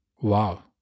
Wow